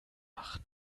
machen